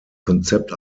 konzept